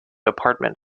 apartment